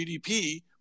GDP